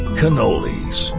cannolis